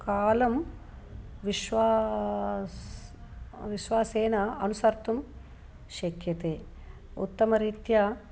कालं विश्वासं विश्वासेन अनुसर्तुं शक्यते उत्तमरीत्या